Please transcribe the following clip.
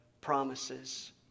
promises